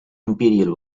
imperial